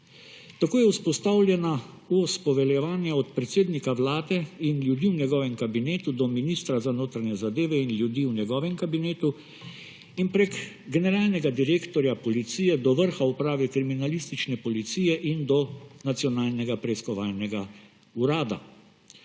Tako je vzpostavljena os poveljevanja od predsednika Vlade in ljudi v njegovem kabinetu do ministra za notranje zadeve in ljudi v njegovem kabinetu ter preko generalnega direktorja Policije do vrha Uprave kriminalistične policije in do Nacionalnega preiskovalnega urada.